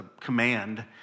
command